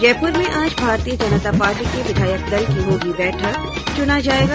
जयपुर में आज भारतीय जनता पार्टी के विधायक दल की होगी बैठक चुना जाएगा